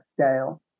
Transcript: scale